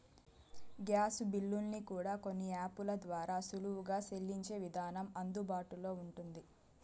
gas బిల్లుల్ని కూడా కొన్ని యాపుల ద్వారా సులువుగా సెల్లించే విధానం అందుబాటులో ఉంటుంది